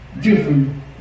different